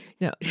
No